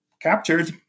captured